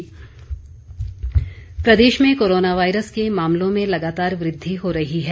corona update प्रदेश में corona virus के मामलों में लगातार वृद्धि हो रही है